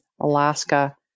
Alaska